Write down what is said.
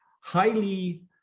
highly